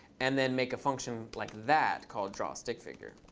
and then make a function like that called drawstickfigure.